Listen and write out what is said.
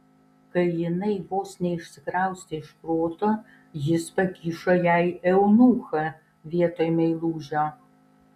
kai jinai vos neišsikraustė iš proto jis pakišo jai eunuchą vietoj meilužio